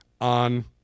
on